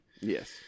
Yes